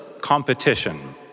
competition